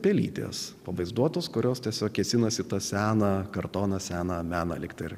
pelytės pavaizduotos kurios tiesiog kėsinasi tą seną kartoną seną meną likti ir